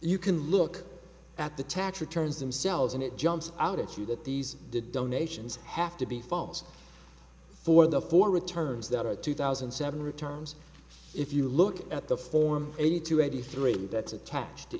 you can look at the tax returns themselves and it jumps out at you that these donations have to be false for the four returns that are two thousand and seven returns if you look at the form eighty two eighty three that's attached to